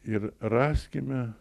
ir raskime